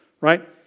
right